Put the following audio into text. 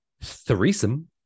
threesome